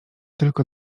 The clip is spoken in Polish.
tylko